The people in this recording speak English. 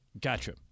Gotcha